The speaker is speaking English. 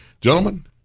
gentlemen